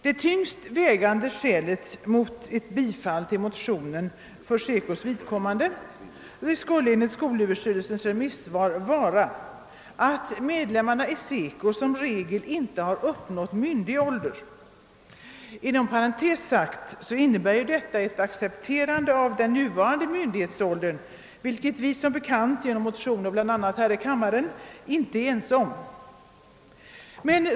Det tyngst vägande skälet mot ett bifall till motionen skulle enligt skolöverstyrelsens remissvar vara att medlemmarna i SECO som regel inte har uppnått myndig ålder. Inom parentes sagt innebär ju detta ett accepterande av den nuvarande myndighetsåldern, vilket vi som bekant inte är ense om — vi har ju bl.a. motionerat i detta ärende här i kammaren.